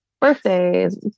birthdays